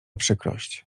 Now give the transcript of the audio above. przykrość